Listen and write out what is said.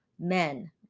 men